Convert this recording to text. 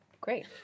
Great